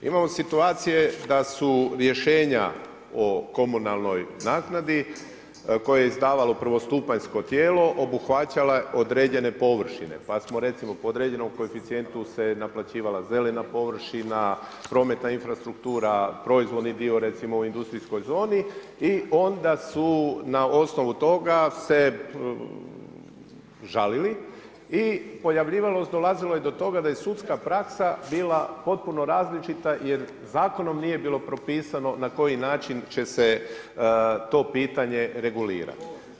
Imamo situacije da su rješenja o komunalnoj naknadi koje je izdavalo prvostupanjsko tijelo obuhvaćale određene površine, pa smo recimo po određenom koeficijentu se naplaćivala zelena površina, prometna infrastruktura, proizvodni dio recimo u industrijskoj zoni i onda su na osnovu toga se žalili i pojavljivalo, dolazilo je do toga da je sudska praksa bila potpuno različita jer zakonom nije bilo propisano na koji način će se to pitanje regulirati.